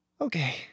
Okay